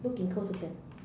put ginkgo also can